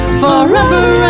forever